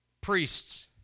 priests